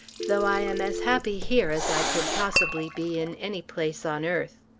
though i am as happy here as i could possibly be in any place on earth.